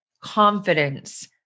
confidence